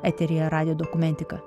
eteryje radijo dokumentika